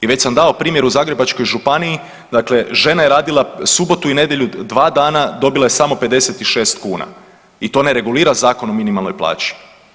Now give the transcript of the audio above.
I već sam dao primjer u Zagrebačkoj županiji, dakle žena je radila subotu i nedjelju dva dana dobila je samo 56 kuna i to ne regulira Zakon o minimalnoj plaći.